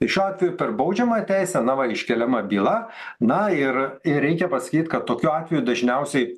tai šiuo atveju per baudžiamą teisę na va iškeliama byla na ir ir reikia pasakyt kad tokiu atveju dažniausiai